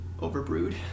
overbrewed